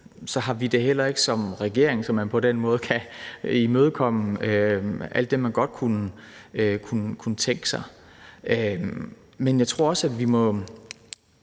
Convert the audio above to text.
så har vi det heller ikke som regering, så man på den måde kan imødekomme alt det, man godt kunne tænke sig. Men jeg tror også, at vi må